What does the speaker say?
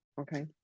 Okay